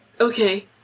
Okay